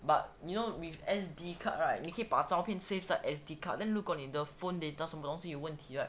but you know with S_D card right 你可以把照片:ni ke yi bs zhao pian save 在 S_D card then 如果你的 phone data 什么东西有问题 right